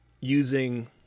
using